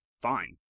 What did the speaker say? fine